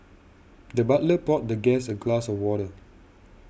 the butler poured the guest a glass of water